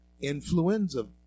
influenza